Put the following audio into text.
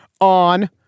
on